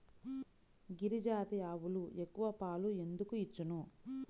గిరిజాతి ఆవులు ఎక్కువ పాలు ఎందుకు ఇచ్చును?